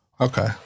Okay